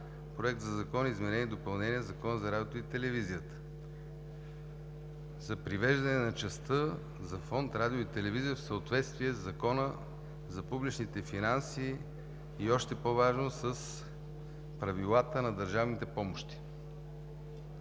Проект на закон за изменение и допълнение на Закона за радиото и телевизията, за привеждане на частта за фонд „Радио и телевизия“ в съответствие със Закона за публичните финанси, и още по-важно – с правилата на държавните помощи.